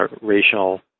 racial